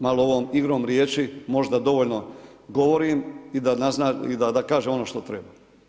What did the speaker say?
Malo ovom igrom riječi možda dovoljno govorim i da kažem ono što treba.